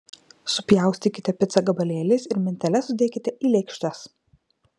supjaustykite picą gabalėliais ir mentele sudėkite į lėkštes